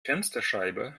fensterscheibe